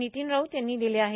नितीन राऊत यांनी दिले आहेत